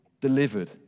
delivered